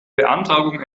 beantragung